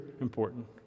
important